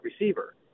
receiver